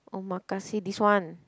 Omakase this one